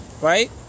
right